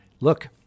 Look